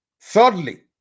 Thirdly